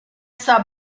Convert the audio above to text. essa